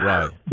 Right